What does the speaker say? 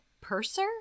purser